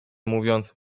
mówiąc